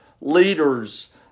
leaders